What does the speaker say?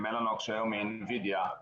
מלאנוקס, שהיום היא Nvidia,